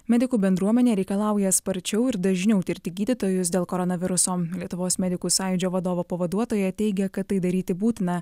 medikų bendruomenė reikalauja sparčiau ir dažniau tirti gydytojus dėl koronaviruso lietuvos medikų sąjūdžio vadovo pavaduotoja teigia kad tai daryti būtina